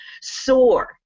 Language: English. soar